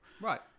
Right